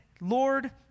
Lord